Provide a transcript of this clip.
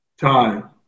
time